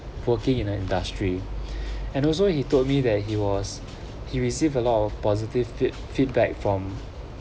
working in the industry and also he told me that he was he receive a lot of positive feed feedback from